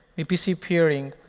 vpc peering,